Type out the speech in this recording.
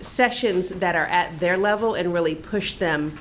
sessions that are at their level and really push them